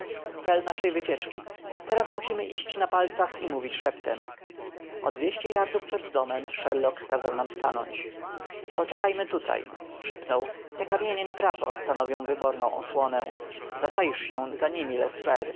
cel naszej wycieczki teraz musimy iść na palcach i mówić szeptem o dwieście yardów przed domem sherlock kazał nam stanąć poczekamy tutaj szepnął te kamienie na prawo stanowią wyborną osłonę zaczaisz się za nimi